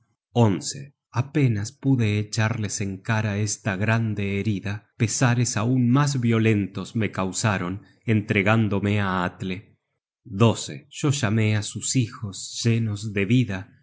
apenas pude echarles en cara esta grande herida pesares aun mas violentos me causaron entregándome á atle yo llamé á sus'hijos llenos de vida